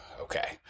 Okay